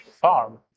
farm